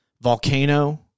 Volcano